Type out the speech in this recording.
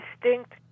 distinct